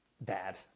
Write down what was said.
bad